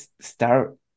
start